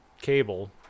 Cable